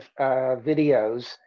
videos